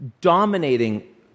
dominating